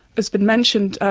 it's been mentioned,